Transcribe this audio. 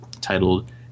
titled